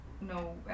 no